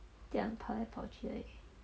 这跑来跑去